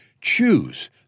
Choose